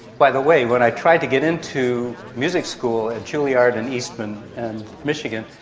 by the way, when i tried to get into music school at juilliard and eastman and michigan,